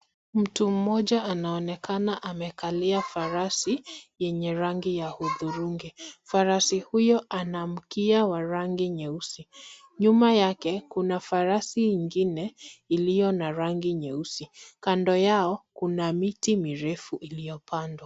Mtu mmoja anaonekana amekalia farasi, yenye rangi ya hudhurungi. Farasi huyo ana mkia wa rangi nyeusi. Nyuma yake kuna farasi ingine, iliyo na rangi nyeusi. Kando yao kuna miti mirefu iliyopandwa.